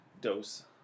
dose